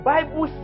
Bible